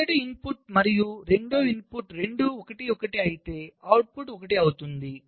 మొదటి ఇన్పుట్ మరియు రెండవ ఇన్పుట్ రెండూ 1 1 అయితే అవుట్పుట్ 1 అవుతుంది